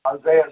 Isaiah